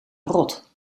rot